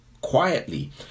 quietly